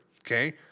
okay